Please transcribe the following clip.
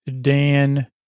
Dan